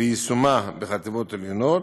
ויישומה בחטיבות העליונות,